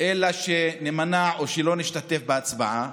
אלא נימנע או לא נשתתף בהצבעה?